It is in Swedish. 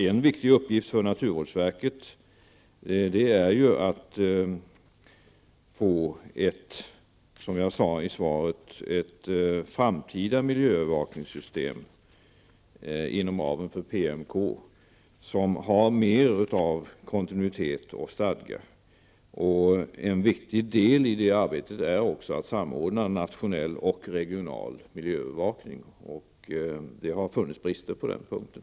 En viktig uppgift för naturvårdsverket är därför, som jag sade i svaret, att få till stånd ett framtida miljöövervakningssystem inom ramen för PMK, ett miljöövervakningssystem som har mer av kontinuitet och stadga. En viktig del i det arbetet är också att samordna nationell och regional miljöövervakning. Det har funnits brister på den punkten.